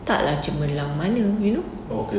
tak lah cemerlang mana you know